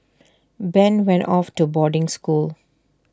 Ben went off to boarding school